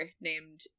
named